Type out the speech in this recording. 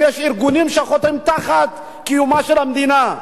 אם יש ארגונים שחותרים תחת קיומה של המדינה,